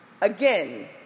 Again